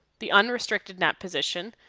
the unrestricted nap position,